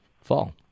fall